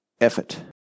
effort